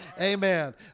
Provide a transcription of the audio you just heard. Amen